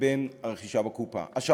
ובין הרכישה בקופה הוא כ-4 שקלים.